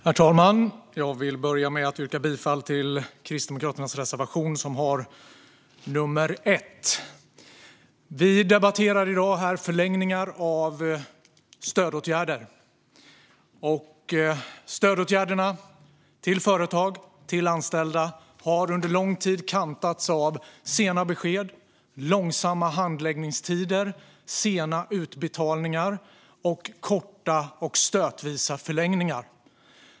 Herr talman! Jag vill börja med att yrka bifall till Kristdemokraternas reservation 1. Vi debatterar i dag förlängningar av stödåtgärder. Stödåtgärderna till företag och anställda har under lång tid kantats av sena besked, långsamma handläggningstider, sena utbetalningar samt korta och stötvisa förlängningar.